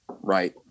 Right